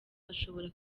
ashobora